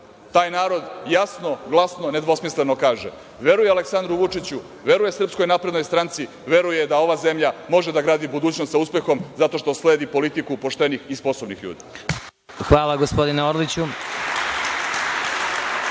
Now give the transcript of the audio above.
taj narod jasno, glasno, nedvosmisleno kaže, veruje Aleksandru Vučiću, veruje SNS, veruje da ova zemlja može da gradi budućnost sa uspehom zato što sledi politiku poštenih i sposobnih ljudi. **Vladimir